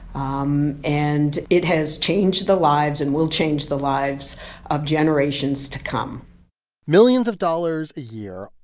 um and it has changed the lives and will change the lives of generations to come millions of dollars a year,